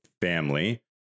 family